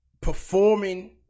performing